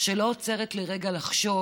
שלא עוצרת לרגע לחשוב